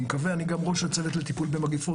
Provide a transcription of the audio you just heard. אני גם ראש הצוות לטיפול במגפות,